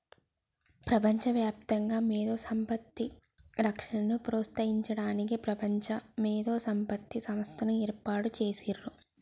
ప్రపంచవ్యాప్తంగా మేధో సంపత్తి రక్షణను ప్రోత్సహించడానికి ప్రపంచ మేధో సంపత్తి సంస్థని ఏర్పాటు చేసిర్రు